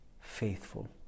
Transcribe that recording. faithful